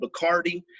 Bacardi